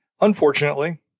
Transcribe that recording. Unfortunately